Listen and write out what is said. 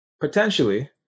potentially